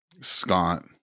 Scott